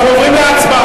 אנחנו עוברים להצבעה.